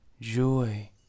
joy